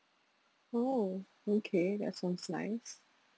oh okay that sounds nice